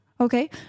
okay